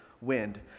wind